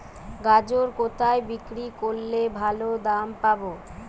গাজর কোথায় বিক্রি করলে ভালো দাম পাব?